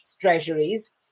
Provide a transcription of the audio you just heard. treasuries